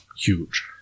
huge